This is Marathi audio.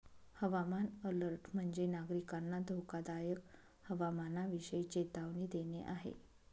हवामान अलर्ट म्हणजे, नागरिकांना धोकादायक हवामानाविषयी चेतावणी देणे आहे